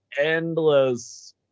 endless